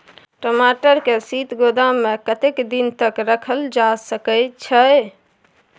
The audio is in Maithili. टमाटर के शीत गोदाम में कतेक दिन तक रखल जा सकय छैय?